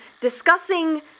discussing